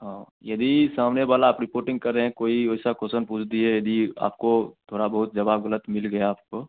हाँ यदि सामने वाला आप रिपोर्टिंग कर रहे हैं कोई वैसा क्वोशन पूछ दिए यदि आपको थोड़ा बहुत जवाब ग़लत मिल गया आपको